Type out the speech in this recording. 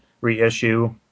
reissue